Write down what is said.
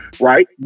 right